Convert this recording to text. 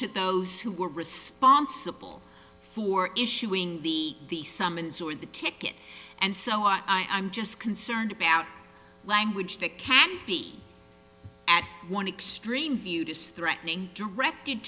to those who are responsible for issuing the the summons or the ticket and so on i'm just concerned about language that can be at one extreme view this threatening directed